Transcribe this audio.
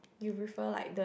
you prefer like the